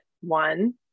one